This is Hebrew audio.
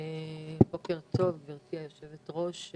בוקר טוב, גברתי היושבת-ראש.